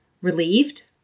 relieved